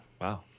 wow